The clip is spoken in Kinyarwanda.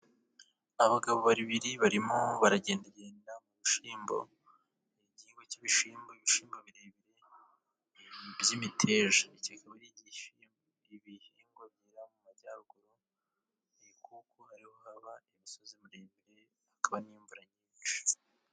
Abagabo babiri barimo baragendagenda mu bishyimbo. Igihingwa cy'ibishyimbo, ibishyimbo birebire by'imiteja, kikaba gishyuye ibihingwa biri mu majyaruguru kuko ariho haba imisozi miremire hakaba n'imvura nyinshi.